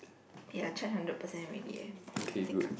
ya I charge hundred percent already eh can take out